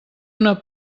una